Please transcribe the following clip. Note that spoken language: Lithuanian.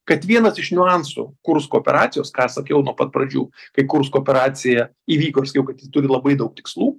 kad vienas iš niuansų kursko operacijos ką aš sakiau nuo pat pradžių kai kursko operacija įvyko ir sakiau kad jis turi labai daug tikslų